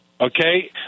Okay